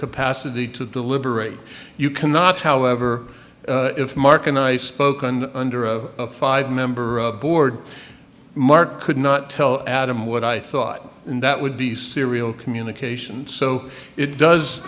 capacity to the liberate you cannot however if mark and i spoke on under a five member board mark could not tell adam what i thought and that would be serial communication so it does